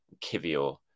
Kivior